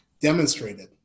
demonstrated